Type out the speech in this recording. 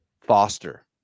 Foster